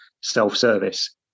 self-service